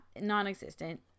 non-existent